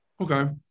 okay